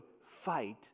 fight